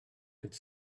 could